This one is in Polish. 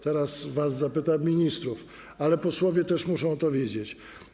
Teraz zapytam was, ministrów, ale posłowie też muszą to wiedzieć.